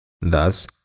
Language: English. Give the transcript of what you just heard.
Thus